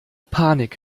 panik